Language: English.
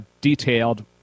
detailed